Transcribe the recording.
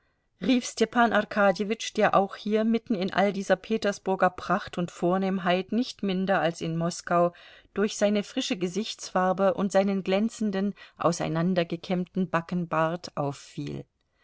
rief stepan arkadjewitsch der auch hier mitten in all dieser petersburger pracht und vornehmheit nicht minder als in moskau durch seine frische gesichtsfarbe und seinen glänzenden auseinandergekämmten backenbart auffiel